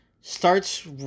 Starts